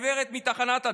הגברת מתחנת הדלק,